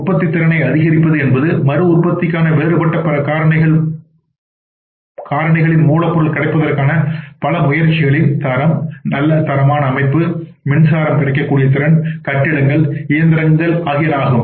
உற்பத்தித்திறனை அதிகரிப்பது என்பது மறு உற்பத்திக்கான வேறுபட்ட பிற காரணிகளின் மூலப்பொருள் கிடைப்பதற்கான பல முயற்சிகளின் தரம் நல்ல தரமான அமைப்பு மின்சாரம் கிடைக்கக்கூடிய திறன் கட்டிடங்கள் இயந்திரங்கள் ஆகியன ஆகும்